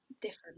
different